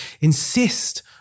insist